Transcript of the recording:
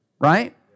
Right